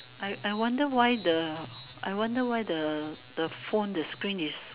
I I wonder why the I wonder why the the phone the screen is